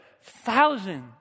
thousands